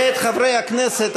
ואת חברי הכנסת,